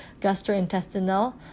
Gastrointestinal